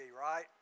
right